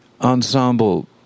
ensemble